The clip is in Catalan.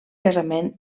casament